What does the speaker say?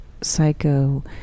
psycho